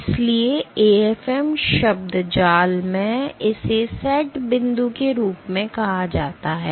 इसलिए AFM शब्दजाल में इसे सेट बिंदु के रूप में कहा जाता है